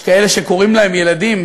יש כאלה שקוראים להם ילדים,